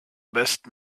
best